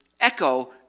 echo